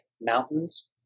mountains